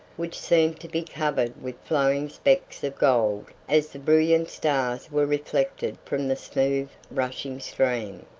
which seemed to be covered with flowing specks of gold as the brilliant stars were reflected from the smooth rushing stream.